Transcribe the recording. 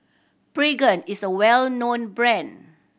Pregain is a well known brand